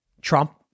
Trump